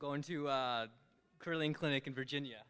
go into curling clinic in virginia